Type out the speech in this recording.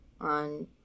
on